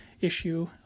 issue